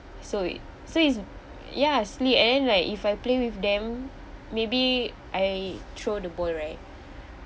so it so is ya surely and then like if I play with them maybe I throw the ball right